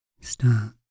start